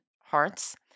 hearts